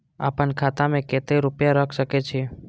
आपन खाता में केते रूपया रख सके छी?